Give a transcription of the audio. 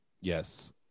Yes